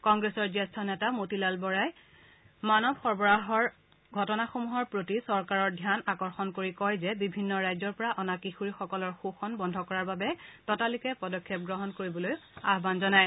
কংগ্ৰেছৰ জ্যেষ্ঠ নেতা মতিলাল ভোৰাই মানৱ সৰবৰাহৰ ঘটনাসমূহৰ প্ৰতি চৰকাৰৰ ধ্যান আকৰ্ষণ কৰি বিভিন্ন ৰাজ্যৰ পৰা অনা কিশোৰীসকলৰ শোষণ বন্ধ কৰাৰ বাবে ততালিকে পদক্ষেপ গ্ৰহণ কৰিবলৈ আহ্বান জনায়